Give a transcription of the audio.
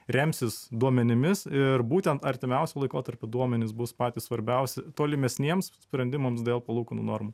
remsis duomenimis ir būtent artimiausiu laikotarpiu duomenys bus patys svarbiausi tolimesniems sprendimams dėl palūkanų normų